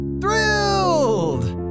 THRILLED